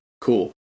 cool